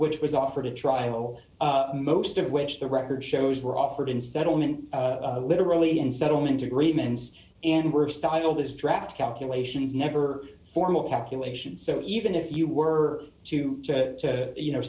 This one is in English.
which was offered a trial most of which the record shows were offered in settlement literally in settlement agreements and were style this draft calculations never formal calculations so even if you were to you know